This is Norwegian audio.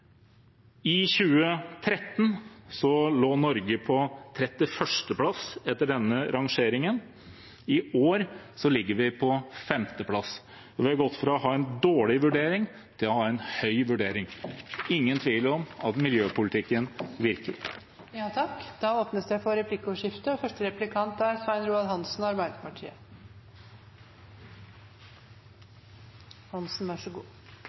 I 2013 lå Norge på 31. plass etter denne rangeringen. I år ligger vi på femteplass. Vi har gått fra å ha en dårlig vurdering til å ha en høy vurdering. Det er ingen tvil om at miljøpolitikken